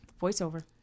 VoiceOver